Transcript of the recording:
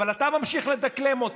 אבל אתה ממשיך לדקלם אותה.